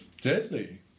deadly